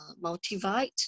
multivite